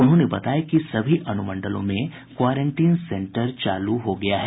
उन्होंने बताया कि सभी अनुमंडलों में क्वारेनटीन सेंटर चालू हो गया है